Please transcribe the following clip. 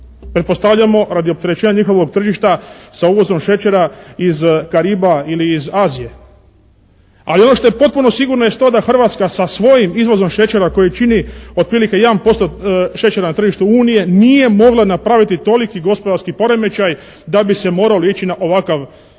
Pretpostavljamo radi opterećenja njihovog tržišta sa uvozom šećera iz Kariba ili iz Azije. A ono što je potpuno sigurno jest to da Hrvatska sa svojim izvozom šećera kojeg čini otprilike 1% šećera na tržištu Unije nije mogla napraviti toliki gospodarski poremećaj da bi se moralo ići na ovakav